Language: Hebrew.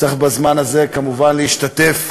צריך בזמן הזה, כמובן, להשתתף,